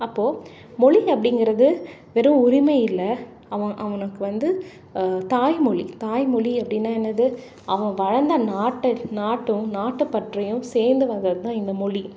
அப்போது மொழி அப்படிங்கிறது வெறும் உரிமை இல்லை அவன் அவனுக்கு வந்து தாய்மொழி தாய்மொழி அப்படின்னா என்னது அவன் வளர்ந்த நாட்டை நாட்டும் நாட்டுப்பற்றையும் சேர்ந்து வந்ததுதான் இந்த மொழி